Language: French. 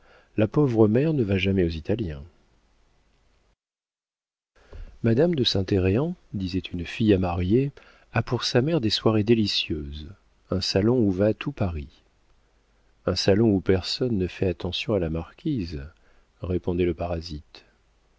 la pauvre mère ne va jamais aux italiens madame de saint héreen disait une fille à marier a pour sa mère des soirées délicieuses un salon où va tout paris un salon où personne ne fait attention à la marquise répondait le parasite